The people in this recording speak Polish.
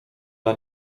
dla